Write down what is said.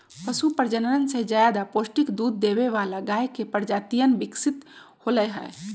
पशु प्रजनन से ज्यादा पौष्टिक दूध देवे वाला गाय के प्रजातियन विकसित होलय है